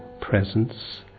presence